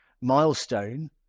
milestone